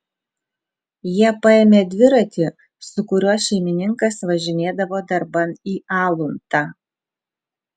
jie paėmė dviratį su kuriuo šeimininkas važinėdavo darban į aluntą